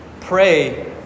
Pray